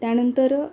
त्यानंतर